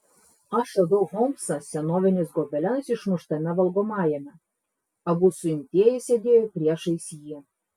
aš radau holmsą senoviniais gobelenais išmuštame valgomajame abu suimtieji sėdėjo priešais jį